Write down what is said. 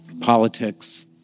politics